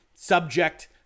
Subject